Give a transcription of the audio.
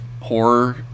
horror